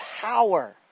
power